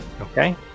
Okay